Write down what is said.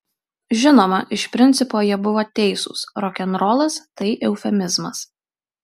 žinoma iš principo jie buvo teisūs rokenrolas tai eufemizmas